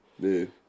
Dude